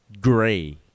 gray